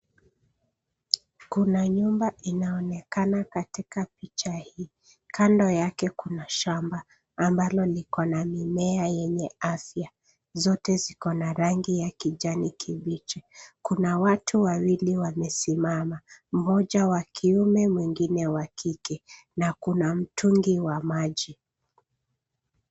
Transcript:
Kuna nyumba inaonekana katika picha hii. Kando yake kuna shamba ambalo likona mimea yenye afya. Zote ziko na rangi ya kijani kibichi. Kuna watu wawili wamesimama, mmoja wa kiume na mwingine wa kike na kuna mtungi wa maji.